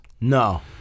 No